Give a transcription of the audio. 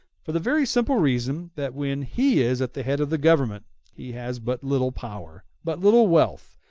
for the very simple reason that when he is at the head of the government he has but little power, but little wealth,